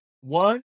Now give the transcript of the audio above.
one